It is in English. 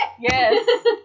Yes